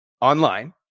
online